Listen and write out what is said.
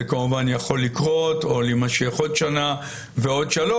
זה כמובן יכול לקרות או להימשך עוד שנה ועוד שלוש.